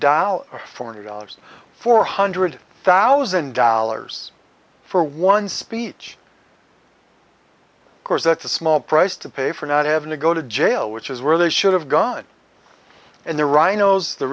dollars or forty dollars four hundred thousand dollars for one speech course that's a small price to pay for not having to go to jail which is where they should have gone and the rhinos the